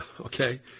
Okay